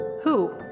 Who